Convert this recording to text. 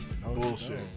Bullshit